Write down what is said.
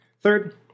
Third